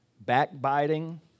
backbiting